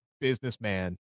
businessman